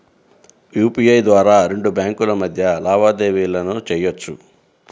UPI ద్వారా రెండు బ్యేంకుల మధ్య లావాదేవీలను చెయ్యొచ్చు